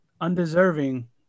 undeserving